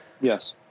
yes